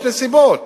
יש נסיבות.